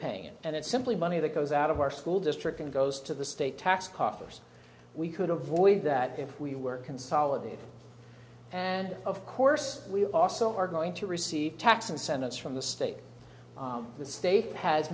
it and it's simply money that goes out of our school district and goes to the state tax coffers we could avoid that if we were consolidated and of course we also are going to receive tax incentives from the state the state has